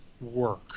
work